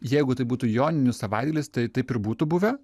jeigu tai būtų joninių savaitgalis tai taip ir būtų buvę